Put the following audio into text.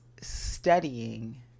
studying